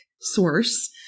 source